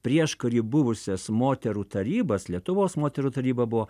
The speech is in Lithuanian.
prieškary buvusias moterų tarybas lietuvos moterų taryba buvo